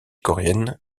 coréenne